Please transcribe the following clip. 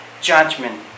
Judgment